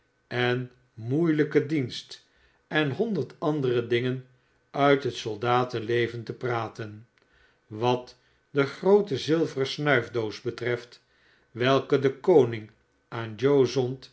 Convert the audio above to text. en moeielijken dienst en honderd andere dingen uit het soldatenleven te praten wat de groote zilveren snuifdoos betreft welke de koning aan joe zond